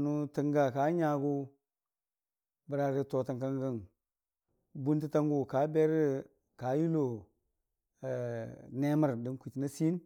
N'nʊ, tənga ka nyagʊ bərarə totang kangəng, buritətangʊ kaberərə ka yulo nemər də n'kwiitəna siiyən.